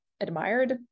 admired